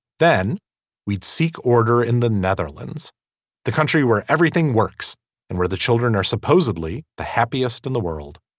then we'd seek order in the netherlands the country where everything works and where the children are supposedly the happiest in the world